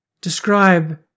describe